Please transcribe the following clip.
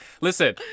Listen